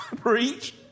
preach